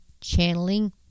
channeling